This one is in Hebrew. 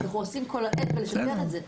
אנחנו עושים כל העת כדי לשפר את זה,